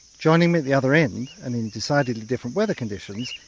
joining me at the other end, and in decidedly different weather conditions,